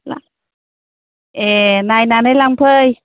ला ए नायनानै लांफै